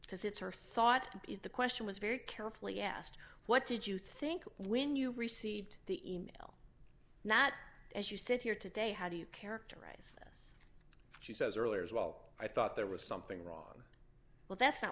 because it's her thought is the question was very carefully asked what did you think when you received the e mail that as you sit here today how do you characterize she says earlier as well i thought there was something wrong well that's not